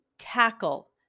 tackle